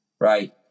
right